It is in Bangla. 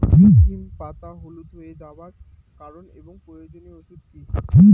সিম পাতা হলুদ হয়ে যাওয়ার কারণ এবং প্রয়োজনীয় ওষুধ কি?